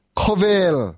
kovel